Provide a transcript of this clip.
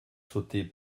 sauter